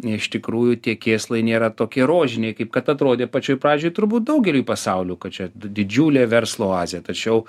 iš tikrųjų tie kėslai nėra tokie rožiniai kaip kad atrodė pačioj pradžioj turbūt daugeliui pasauliu kad čia d didžiulė verslo oazė tačiau